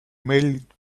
mailed